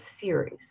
series